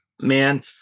man